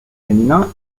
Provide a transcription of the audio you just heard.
féminins